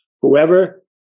whoever